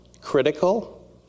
critical